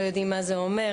לא יודעים מה זה אומר,